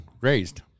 raised